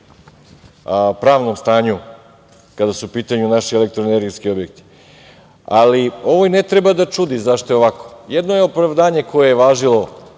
pravnom stanju, kada su u pitanju naši elektroenergetski objekti. Ovo i ne treba da čudi, zašto je ovako. Jedno je opravdanje koje je važilo